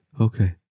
Okay